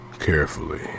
carefully